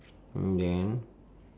mm then